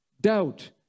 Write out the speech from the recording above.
doubt